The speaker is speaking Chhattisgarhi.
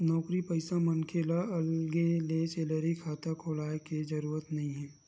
नउकरी पइसा मनखे ल अलगे ले सेलरी खाता खोलाय के जरूरत नइ हे